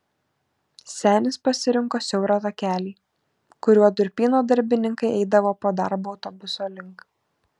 senis pasirinko siaurą takelį kuriuo durpyno darbininkai eidavo po darbo autobuso link